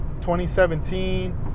2017